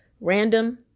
random